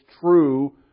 true